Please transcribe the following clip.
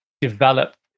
developed